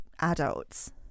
adults